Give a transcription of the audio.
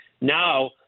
Now